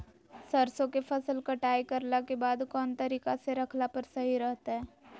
सरसों के फसल कटाई करला के बाद कौन तरीका से रखला पर सही रहतय?